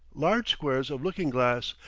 large squares of looking-glass,